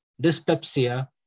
dyspepsia